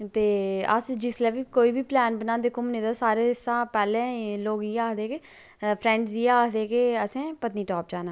ते अस जिसलै बी कोई बी पलैन बनांदे घूमने दा ता सारे शा पैह्लें लोग इयै आखदे कि फ्रैंड़स इयै आखदे के असें पतनीटॉप जाना